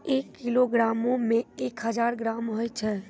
एक किलोग्रामो मे एक हजार ग्राम होय छै